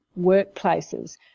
workplaces